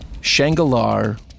Shangalar